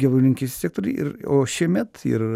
gyvulininkystės sektoriuj ir o šiemet ir